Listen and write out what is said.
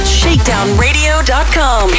shakedownradio.com